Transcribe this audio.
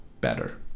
better